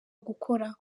gukora